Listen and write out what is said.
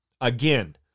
Again